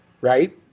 right